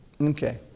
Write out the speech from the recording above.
Okay